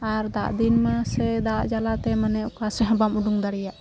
ᱟᱨ ᱫᱟᱜᱫᱤᱱ ᱢᱟ ᱥᱮ ᱫᱟᱜ ᱡᱟᱞᱟᱛᱮ ᱢᱟᱱᱮ ᱚᱠᱟᱥᱮᱫᱦᱚᱸ ᱵᱟᱢ ᱩᱰᱩᱠ ᱫᱟᱲᱮᱭᱟᱜ